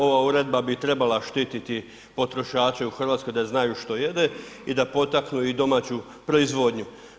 Ova uredba bi trebala štititi potrošače u Hrvatskoj da znaju što jedu i da potaknu i domaću proizvodnju.